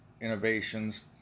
innovations